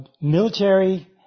military